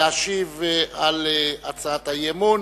להשיב על הצעת האי-אמון